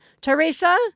Teresa